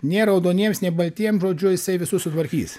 nė raudoniems nei baigtiem žodžiu jisai visus sutvarkys